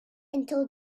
until